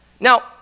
Now